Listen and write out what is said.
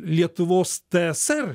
lietuvos tsr